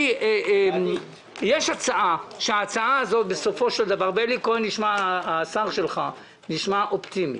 יש הצעה ואלי כהן השר שלך נשמע אופטימי